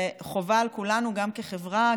וחובה על כולנו כחברה,